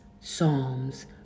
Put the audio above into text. Psalms